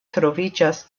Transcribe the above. troviĝas